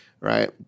right